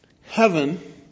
Heaven